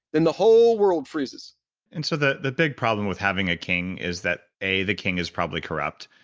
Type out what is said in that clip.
then the whole world freezes and so the the big problem with having a king is that a the king is probably corrupt,